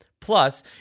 Plus